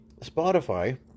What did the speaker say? Spotify